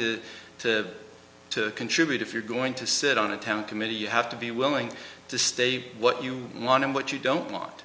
to to to contribute if you're going to sit on a town committee you have to be willing to state what you want and what you don't want